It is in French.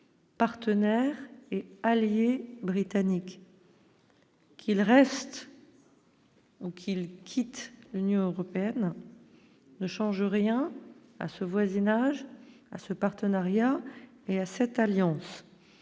partenaire et allié britannique. Qu'il reste. Donc, il quitte l'Union européenne ne change rien à ce voisinage à ce partenariat, et à cette alliance,